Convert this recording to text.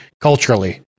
culturally